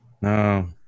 no